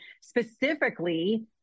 specifically